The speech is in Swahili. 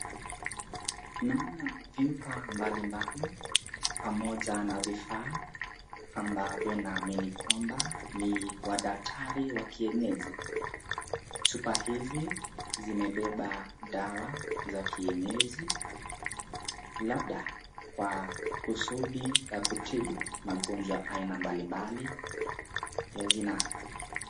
Naona vyupa mbali mbali pamoja na vifaa ambavyo naamini kwamba ni wadaktari wakienyeji. Chupa hizi zimebeba dawa za kienyeji labda kwa kusudi la kutibu magonjwa aina mbali mbali,,,,